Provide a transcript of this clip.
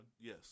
yes